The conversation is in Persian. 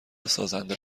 سازنده